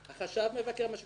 החשב מבקר מה שקורה בחטיבה.